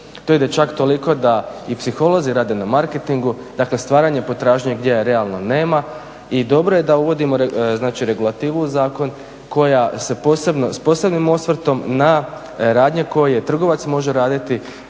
To ide čak toliko da i psiholozi rade na marketingu, dakle stvaranje potražnje gdje je realno nema. I dobro je da uvodimo regulativu u zakon koja se s posebnim osvrtom na radnje koje trgovac može raditi